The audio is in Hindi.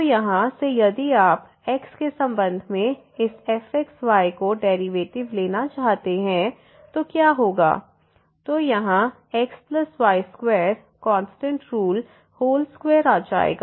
तो यहाँ से यदि आप x के संबंध में इस fxy को डेरिवेटिव लेना चाहते हैं तो क्या होगा तो यहाँ xy2 constant rule whole square आ जाएगा